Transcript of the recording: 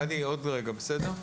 גדי, עוד רגע, בסדר?